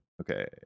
Okay